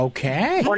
Okay